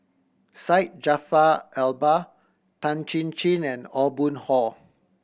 Syed Jaafar Albar Tan Chin Chin and Aw Boon Haw